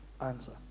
answer